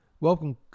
Welcome